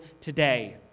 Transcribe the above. today